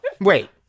Wait